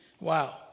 Wow